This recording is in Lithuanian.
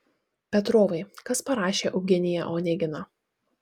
petrovai kas parašė eugeniją oneginą